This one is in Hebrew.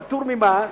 פטור ממס,